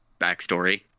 backstory